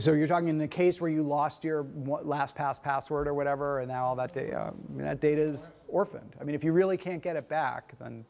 so you're talking in the case where you lost your last pass password or whatever and all that data is orphaned i mean if you really can't get it back and